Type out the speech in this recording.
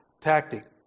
tactic